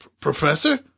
Professor